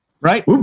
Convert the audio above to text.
right